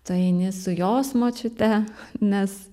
tai eini su jos močiute nes